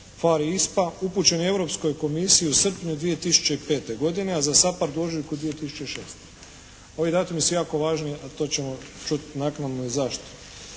i ISPA upućeni Europskoj Komisiji u srpnju 2005. godine, a za SAPHARD u ožujku 2006. Ovi datumi su jako važni, a to ćemo čuti naknadno i zašto.